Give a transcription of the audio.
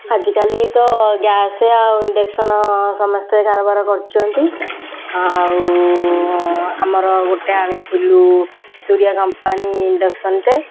ଆଜିକାଲି ତ ଗ୍ୟାସ୍ ଆଉ ଇଣ୍ଡକ୍ସନ୍ ସମସ୍ତେ କାରବାର କରୁଛନ୍ତି ଆଉ ଆମର ଗୋଟେ ଆଣିଥିଲୁ ସୂରିୟା କମ୍ପାନୀ ଇଣ୍ଡକ୍ସନ୍ଟେ